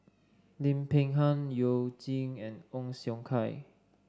Lim Peng Han You Jin and Ong Siong Kai